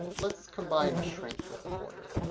let's combine a shrink with a border.